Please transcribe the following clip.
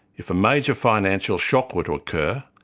if a major financial shock were to occur,